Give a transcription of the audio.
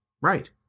Right